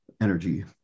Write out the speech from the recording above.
energy